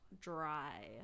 dry